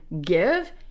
give